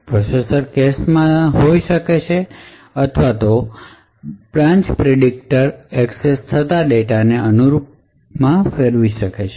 processor cache માં તે હોઈ શકે છે અથવા બ્રાન્ચ પ્રેડીક્ટર એક્સેસ થતાં ડેટાને અનુરૂપ ફેરફાર કરી શકે છે